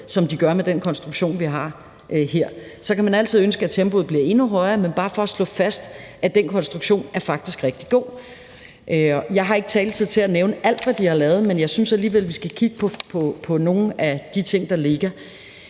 som de gør med den konstruktion, vi har her. Så kan man altid ønske, at tempoet blev endnu højere, men det er bare for at slå fast, at den konstruktion faktisk er rigtig god. Jeg har ikke taletid til at nævne alt, hvad de har lavet, men jeg synes alligevel, vi skal kigge på nogle af de ting, der ligger.